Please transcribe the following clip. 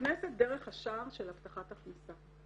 נכנסת דרך השער של הבטחת הכנסה.